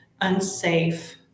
unsafe